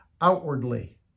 outwardly